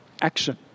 Action